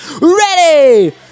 Ready